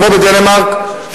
כמו בדנמרק,